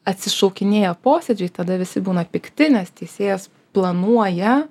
atsišaukinėja posėdžiai tada visi būna pikti nes teisėjas planuoja